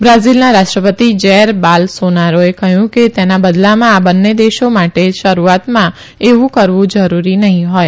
બ્રાઝીલના રાષ્ટ્રપતિ જેર બોલસોનારોએ કહ્યું કે તેના બદલામાં આ બંને દેશો માટે શરૂઆતમાં એવું કરવું જરૂરી નહીં હોય